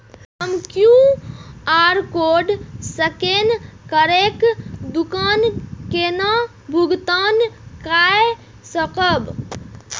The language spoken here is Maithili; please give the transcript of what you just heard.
हम क्यू.आर कोड स्कैन करके दुकान केना भुगतान काय सकब?